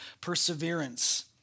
perseverance